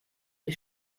die